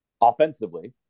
offensively